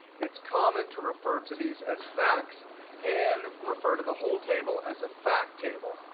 it's common to refer to these as facts and refer to the whole table as a fact table.